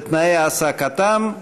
ותנאי העסקתם.